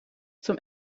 zum